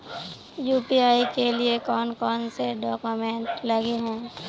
UPI के लिए कौन कौन से डॉक्यूमेंट लगे है?